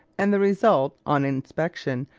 and the result on inspection,